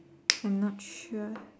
I'm not sure